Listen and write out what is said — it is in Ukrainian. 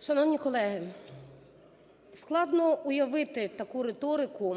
Шановні колеги, складно уявити таку риторику,